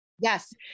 Yes